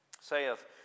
saith